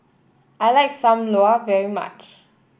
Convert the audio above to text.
I like Sam Lau very much